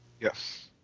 Yes